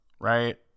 right